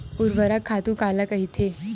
ऊर्वरक खातु काला कहिथे?